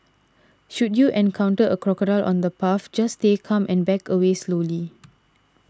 should you encounter a crocodile on the path just stay calm and back away slowly